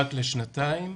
רק לשנתיים.